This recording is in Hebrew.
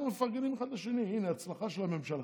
אנחנו מפרגנים אחד לשני, הינה, הצלחה של הממשלה.